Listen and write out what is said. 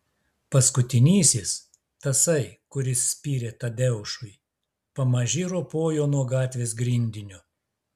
paskutinysis tasai kuris spyrė tadeušui pamaži ropojo nuo gatvės grindinio